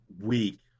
week